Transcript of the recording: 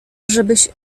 żebyś